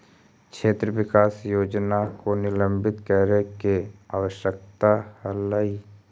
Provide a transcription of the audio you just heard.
क्षेत्र विकास योजना को निलंबित करे के आवश्यकता हलइ